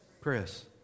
Chris